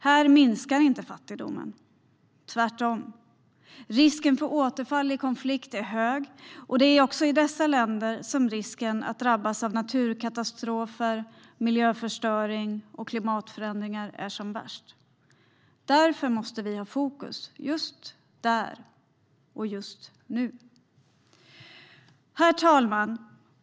Här minskar inte fattigdomen, tvärtom. Risken för återfall i konflikt är hög, och det är i dessa länder som risken för att drabbas av naturkatastrofer, miljöförstöring och klimatförändringar också är högst. Därför måste vi ha fokus just där och just nu. Herr talman!